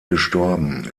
gestorben